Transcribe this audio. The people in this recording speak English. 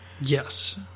Yes